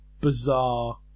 bizarre